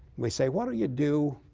we say, what do you do